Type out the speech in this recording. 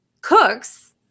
Cook's